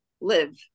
Live